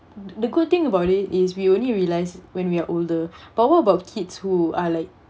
the good thing about it is we only realise when we are older but what about kids who are like